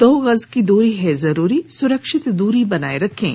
दो गज की दूरी है जरूरी सुरक्षित दूरी बनाए रखें